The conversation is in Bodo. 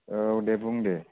औ दे बुं दे